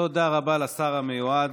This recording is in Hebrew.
תודה רבה לשר המיועד.